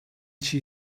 she